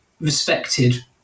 respected